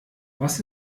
was